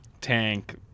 tank